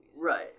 Right